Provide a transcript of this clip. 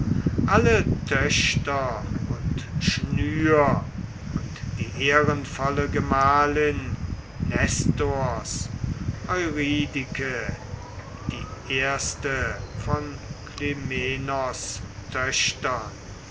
alle töchter und schnür und die ehrenvolle gemahlin nestors eurydike die erste von klymenos töchtern